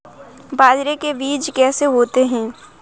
बाजरे के बीज कैसे होते हैं?